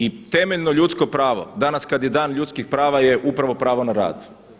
I temeljno ljudsko pravo, danas kad je Dan ljudskih prava je upravo pravo na rad.